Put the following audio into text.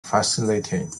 fascinating